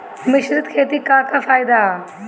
मिश्रित खेती क का फायदा ह?